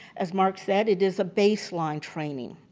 as mark said, it is a baseline training.